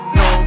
no